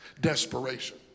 desperation